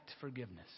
forgiveness